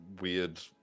weird